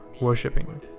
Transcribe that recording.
worshipping